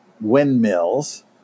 windmills